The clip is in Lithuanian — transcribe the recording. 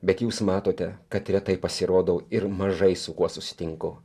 bet jūs matote kad retai pasirodau ir mažai su kuo susitinku